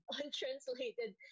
untranslated